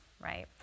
right